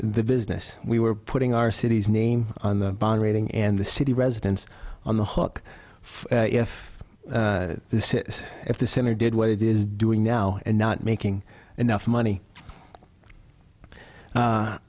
the business we were putting our city's name on the bond rating and the city residents on the hook for if this is at the center did what it is doing now and not making enough money